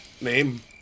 name